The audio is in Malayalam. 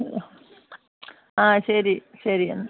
ആ ശരി ശരി എന്നാൽ